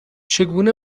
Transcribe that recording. چگونه